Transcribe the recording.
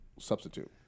substitute